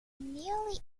nearly